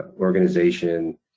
organization